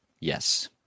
Yes